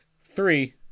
three